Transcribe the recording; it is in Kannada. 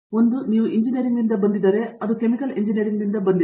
ಆದ್ದರಿಂದ ನೀವು ಎಂಜಿನಿಯರಿಂಗ್ನಿಂದ ಬಂದಿದ್ದರೆ ಅದು ಕೆಮಿಕಲ್ ಇಂಜಿನಿಯರಿಂಗ್ನಿಂದ ಬಂದಿದೆ